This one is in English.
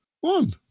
one